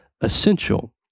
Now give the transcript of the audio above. essential